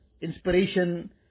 inspiration